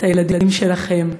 את הילדים שלכם,